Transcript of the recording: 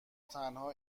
تنها